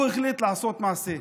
הוא החליט לעשות מעשה,